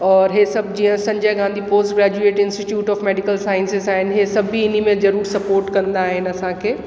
और इहे सभु जीअं Sanjay Gandhi post graduate institute of medical science इहे सभु बि हिन में ज़रूरु सपोट कंदा आहिनि असांखे